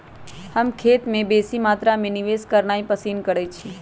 हम खेत में बेशी मत्रा में निवेश करनाइ पसिन करइछी